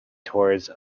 towards